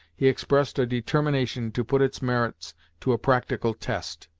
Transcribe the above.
he expressed a determination to put its merits to a practical test,